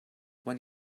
one